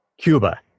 Cuba